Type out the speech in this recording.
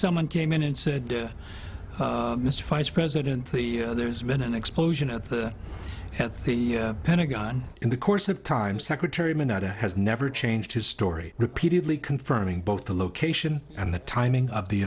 someone came in and said dear mr vice president clear there's been an explosion at the head of the pentagon in the course of time secretary mineta has never changed his story repeatedly confirming both the location and the timing of the